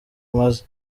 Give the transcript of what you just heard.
umaze